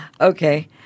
Okay